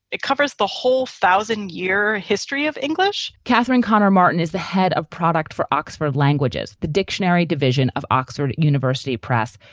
it covers the whole thousand year history of english katherine connor martin is the head of product for oxford languages, the dictionary division of oxford university press,